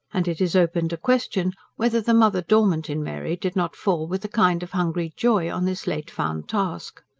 and it is open to question whether the mother dormant in mary did not fall with a kind of hungry joy on this late-found task.